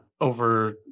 over